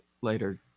later